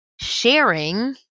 sharing